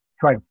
try